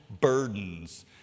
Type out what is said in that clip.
burdens